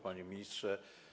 Panie Ministrze!